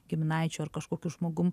giminaičiu ar kažkokiu žmogum